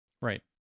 Right